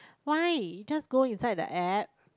why just go inside the App